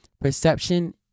Perception